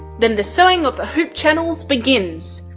then the sewing of the hoop channels begins!